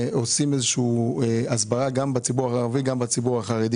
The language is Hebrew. שעושים הסברה גם בציבור הערבי וגם בחרדי.